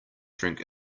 drink